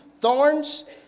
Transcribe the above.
thorns